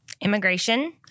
immigration